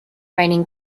raining